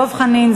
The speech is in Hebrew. דב חנין,